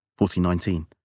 1419